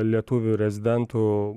lietuvių rezidentų